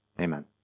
amen